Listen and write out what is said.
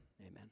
Amen